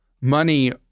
money